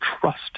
trust